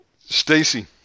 Stacy